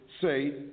say